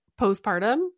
postpartum